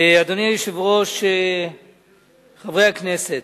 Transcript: אדוני היושב-ראש, חברי הכנסת,